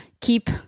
keep